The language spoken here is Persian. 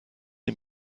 این